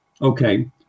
Okay